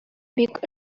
бик